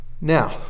Now